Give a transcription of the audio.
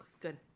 Good